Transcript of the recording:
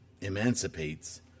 emancipates